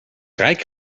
rijk